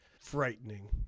frightening